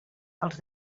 als